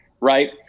right